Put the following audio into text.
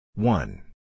One